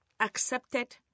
accepted